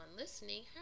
listening